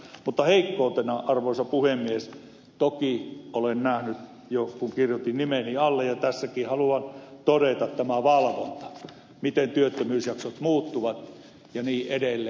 mutta heikkoutena arvoisa puhemies toki olen nähnyt jo kun kirjoitin nimeni alle ja tässäkin sen haluan todeta tämän valvonnan miten työttömyysjaksot muuttuvat ja niin edelleen